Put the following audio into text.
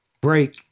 break